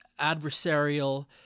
adversarial